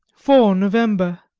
four november,